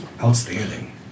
Outstanding